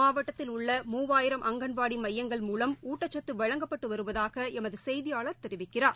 மாவட்டத்தில் உள்ள மூவாயிரம் அங்கன்வாடி மையங்கள் மூவம் ஊட்டச்சத்து வழங்கப்பட்டு வருவதாக எமது செய்தியாளர் தெரிவிக்கிறார்